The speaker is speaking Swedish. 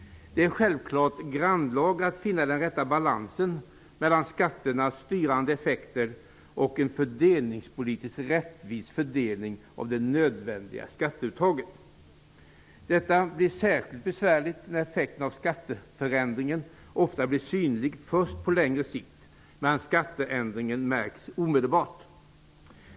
Det är självklart grannlaga att finna den rätta balansen mellan skatternas styrande effekter och en fördelningspolitiskt rättvis fördelning av det nödvändiga skatteuttaget. Detta blir särskilt besvärligt när effekter av skatteförändringen ofta blir synlig först på längre sikt, medan skatteändringen märks omedelbart.